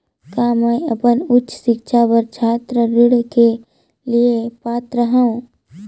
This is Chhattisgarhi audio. का मैं अपन उच्च शिक्षा बर छात्र ऋण के लिए पात्र हंव?